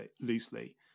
loosely